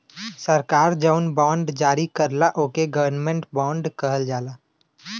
सरकार जौन बॉन्ड जारी करला ओके गवर्नमेंट बॉन्ड कहल जाला